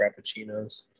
frappuccinos